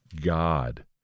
God